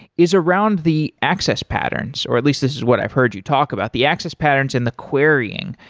is around the access patterns, or at least this is what i've heard you talk about. the access patterns and the querying,